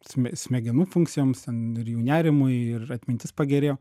sme smegenų funkcijoms ten ir jų nerimui ir atmintis pagerėjo